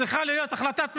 צריכה להיות החלטת ממשלה,